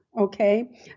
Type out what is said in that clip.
Okay